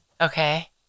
okay